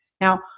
Now